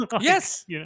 Yes